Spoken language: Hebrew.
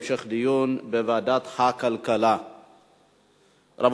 2012, לוועדת הכלכלה נתקבלה.